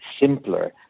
simpler